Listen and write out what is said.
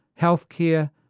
healthcare